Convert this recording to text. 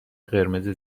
قرمز